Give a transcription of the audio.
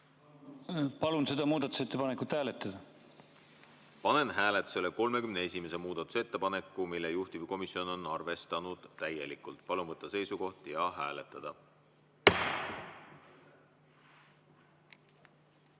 Palun seda muudatusettepanekut hääletada. Panen hääletusele 31. muudatusettepaneku, mida juhtivkomisjon on arvestanud täielikult. Palun võtta seisukoht ja hääletada!